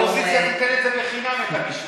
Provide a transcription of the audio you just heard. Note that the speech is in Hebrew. האופוזיציה תיתן בחינם את הגישור.